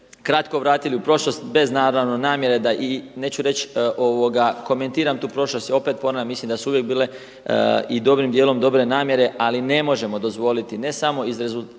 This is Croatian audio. kratko vratili u prošlost bez naravno namjere da neću reći da komentiram tu prošlost, i opet ponavljam, mislim da su uvijek bile i dobrim dijelom dobre namjere, ali ne možemo dozvoliti ne samo iz perspektive